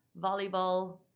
volleyball